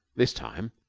this time,